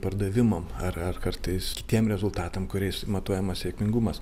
pardavimam ar ar kartais kitiem rezultatam kuriais matuojamas sėkmingumas